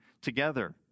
together